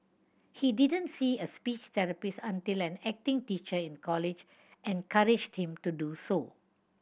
he didn't see a speech therapist until an acting teacher in college encouraged him to do so